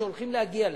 שהולכים להגיע לכאן.